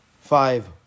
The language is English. Five